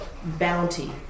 Bounty